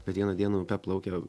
bet vieną dieną upe plaukė